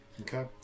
Okay